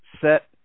set